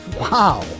Wow